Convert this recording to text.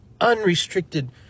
Unrestricted